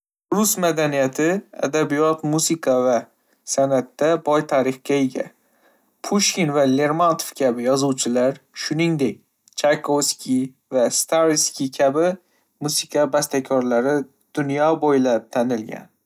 Rus madaniyati, adabiyot, musiqa va san'atda boy tarixga ega. Pushkin va Lermontov kabi yozuvchilar, shuningdek, Tchaikovsky va Stravinsky kabi musiqa bastakorlari, dunyo bo'ylab tanilgan.